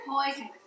Poison